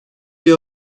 bir